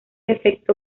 efecto